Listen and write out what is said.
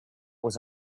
was